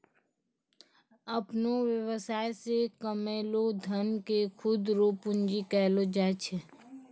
अपनो वेवसाय से कमैलो धन के खुद रो पूंजी कहलो जाय छै